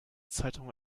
zeitung